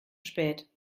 spät